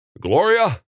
Gloria